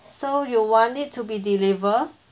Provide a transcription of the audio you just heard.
so you want it to be deliver